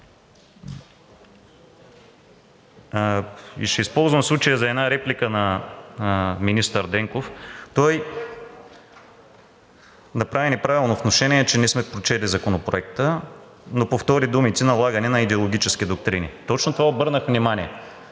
И ще използвам случая за една реплика на министър Денков. Той направи неправилно внушение, че не сме прочели Законопроекта, но повтори думите – налагане на идеологически доктрини. Точно на това обърнах внимание,